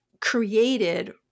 created